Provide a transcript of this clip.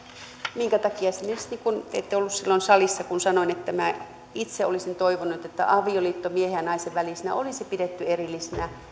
minkä takia te ette ollut silloin salissa kun sanoin että minä itse olisin toivonut että avioliitto miehen ja naisen välisenä olisi pidetty erillisenä